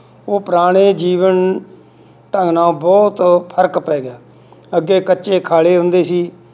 ਉਹ ਪੁਰਾਣੇ ਜੀਵਨ ਢੰਗ ਨਾਲ ਬਹੁਤ ਫਰਕ ਪੈ ਗਿਆ ਅੱਗੇ ਕੱਚੇ ਖਾਲੇ ਹੁੰਦੇ ਸੀ